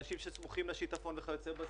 לאנשים שסמוכים לשיטפון וכיוצא בזה?